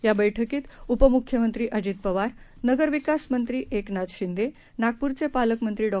याबैठकीतउपमुख्यमंत्रीअजितपवार नगरविकासमंत्रीएकनाथशिंदे नागपूरचेपालकमंत्रीडॉ